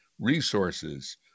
resources